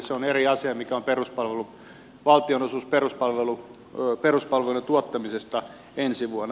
se on eri asia mikä on valtionosuus peruspalveluiden tuottamisesta ensi vuonna